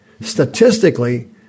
statistically